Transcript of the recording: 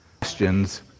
questions